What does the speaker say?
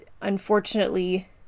unfortunately